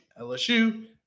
LSU